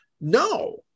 No